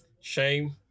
Shame